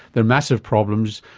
there are massive problems,